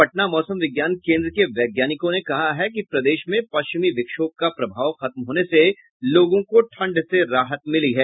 पटना मौसम विज्ञान केंद्र के वैज्ञानिकों ने कहा है कि प्रदेश में पश्चिमी विक्षोभ का प्रभाव खत्म होने से लोगों को ठंड से राहत मिली है